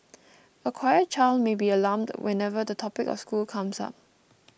a quiet child may be alarmed whenever the topic of school comes up